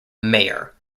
mayor